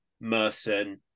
Merson